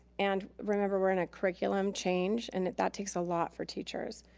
and remember, we're in a curriculum change, and that takes a lot for teachers.